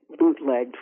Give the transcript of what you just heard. bootlegged